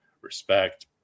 respect